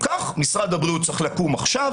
משרד הבריאות צריך לקום עכשיו,